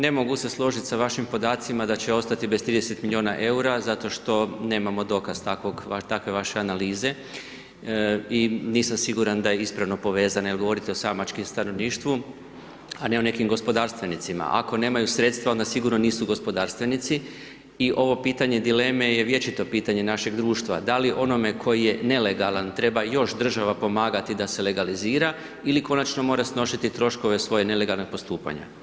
Ne mogu se složit sa vašim podacima da će ostati bez 30 milijuna EUR-a zato što nemamo dokaz takve vaše analize i nisam siguran da je ispravno povezane jer govorite o samačkom stanovništvu a ne o nekim gospodarstvenicima, ako nemaju sredstva onda sigurno nisu gospodarstvenici i ovo pitanje dileme je vječito pitanje našeg društva, d li onome tko je nelegalan, treba još država pomagati da se legalizira ili konačno mora snositi troškove svojeg nelegalnog postupanja.